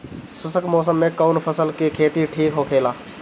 शुष्क मौसम में कउन फसल के खेती ठीक होखेला?